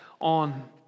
on